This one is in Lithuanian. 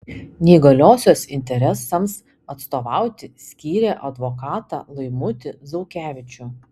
neįgaliosios interesams atstovauti skyrė advokatą laimutį zaukevičių